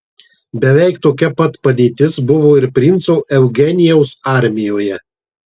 beveik tokia pat padėtis buvo ir princo eugenijaus armijoje